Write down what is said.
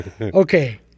Okay